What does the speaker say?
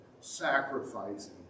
sacrificing